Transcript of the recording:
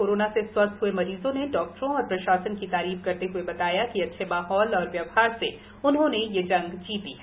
corona से स्वस्थ्य हुए मरीजों ने डॉक्टरों और प्रशासन की तारीफ़ करते हुए बताता कि अच्छे माहौल और व्यवहार से उन्होंने पह जंग जीती है